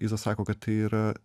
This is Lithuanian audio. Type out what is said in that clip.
iza sako kad tai yra